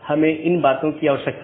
तो यह पूरी तरह से मेष कनेक्शन है